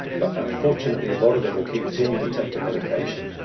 but, unfortunately, a lot of them will continue to take the medication.